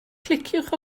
cliciwch